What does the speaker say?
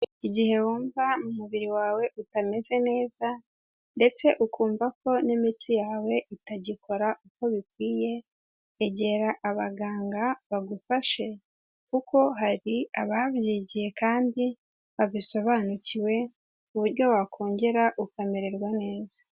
Igihe wumva umubiri wawe utameze neza ndetse ukumva ko n'imitsi yawe itagikora uko bikwiye, egera abaganga bagufashe kuko hari ababyigiye kandi babisobanukiwe ku buryo wakongera ukamererwa neza.